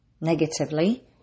negatively